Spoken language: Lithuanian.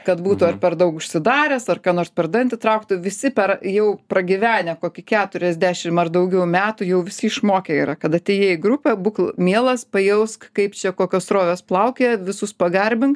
kad būtų ar per daug užsidaręs ar ką nors per dantį trauktų visi per jau pragyvenę kokį keturiasdešim ar daugiau metų jau visi išmokę yra kad atėjai į grupę būk mielas pajausk kaip čia kokios srovės plaukioja visus pagarbink